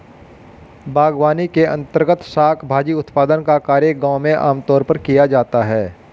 बागवानी के अंर्तगत शाक भाजी उत्पादन का कार्य गांव में आमतौर पर किया जाता है